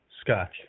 Scotch